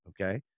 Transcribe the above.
okay